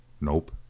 Nope